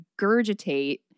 regurgitate